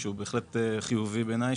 והוא בהחלט חיובי בעיניי.